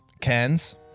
Cans